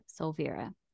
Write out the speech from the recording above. Solvira